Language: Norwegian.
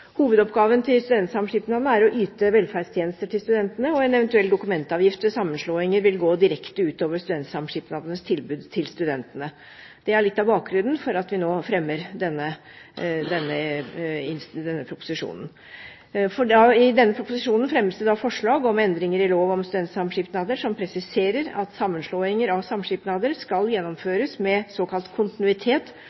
Hovedoppgaven til studentsamskipnadene er å yte velferdstjenester til studentene, og en eventuell dokumentavgift ved sammenslåinger vil gå direkte ut over studentsamskipnadenes tilbud til studentene. Det er litt av bakgrunnen for at vi nå fremmer denne proposisjonen. I proposisjonen fremmes det forslag om endringer i lov om studentsamskipnader, som presiserer at sammenslåinger av samskipnader skal